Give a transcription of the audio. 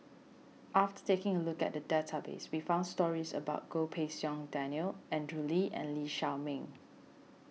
after taking a look at the database we found stories about Goh Pei Siong Daniel Andrew Lee and Lee Shao Meng